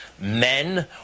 men